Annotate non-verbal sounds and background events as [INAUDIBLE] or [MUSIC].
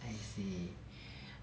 I see [BREATH]